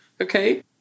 okay